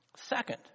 Second